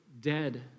dead